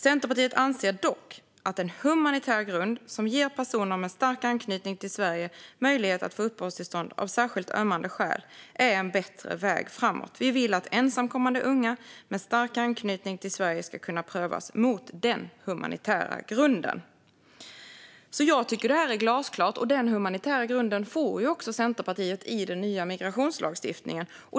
Centerpartiet anser dock att en humanitär grund som ger personer med stark anknytning till Sverige möjlighet att få uppehållstillstånd av särskilt ömmande skäl är en bättre väg . framåt. Vi vill att ensamkommande unga med stark anknytning till Sverige ska kunna prövas mot den humanitära grunden." Jag tycker att detta är glasklart. Den humanitära grunden får ju också Centerpartiet i den nya migrationslagstiftningen.